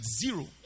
zero